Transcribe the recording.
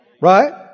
Right